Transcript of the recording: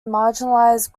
marginalized